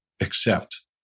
accept